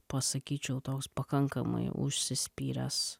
pasakyčiau toks pakankamai užsispyręs